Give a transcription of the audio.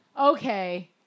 Okay